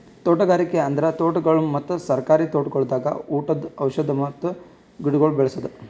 ತೋಟಗಾರಿಕೆ ಅಂದುರ್ ತೋಟಗೊಳ್ ಮತ್ತ ಸರ್ಕಾರಿ ತೋಟಗೊಳ್ದಾಗ್ ಉಟದ್ ಮತ್ತ ಔಷಧಿ ಗಿಡಗೊಳ್ ಬೇಳಸದ್